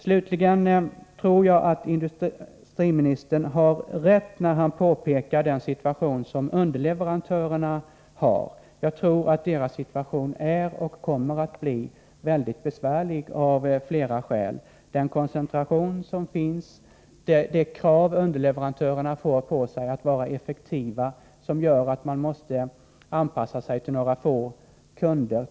Slutligen tror jag att industriministern har rätt när han påpekar vilken situation som underleverantörerna har. Deras situation är — och kommer att bli — mycket besvärlig, och det av flera skäl. Jag kan som exempel nämna den koncentration som finns och det krav att vara effektiva som underleverantörerna får på sig när de måste anpassa sig till några få kunder.